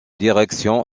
direction